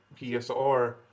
PSR